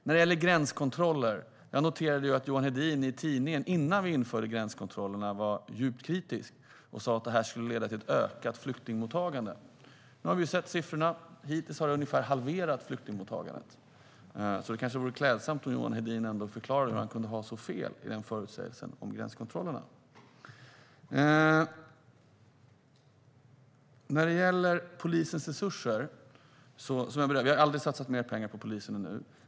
När det gäller gränskontroller noterar jag att Johan Hedin i tidningen innan vi införde gränskontrollerna var djupt kritisk. Han sa att det skulle leda till ett ökat flyktingmottagande. Nu har vi sett siffrorna. Hittills har det ungefär halverat flyktingmottagandet. Det kanske vore klädsamt om Johan Hedin förklarade hur han kunde ha så fel i förutsägelsen om gränskontrollerna. Vi har aldrig satsat mer pengar på polisen än nu.